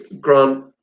Grant